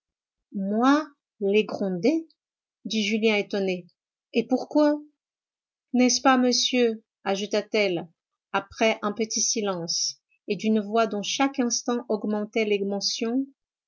moi les gronder dit julien étonné et pourquoi n'est-ce pas monsieur ajouta-t-elle après un petit silence et d'une voix dont chaque instant augmentait